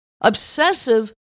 obsessive